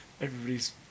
Everybody's